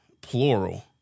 plural